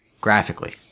graphically